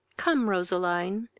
come, roseline,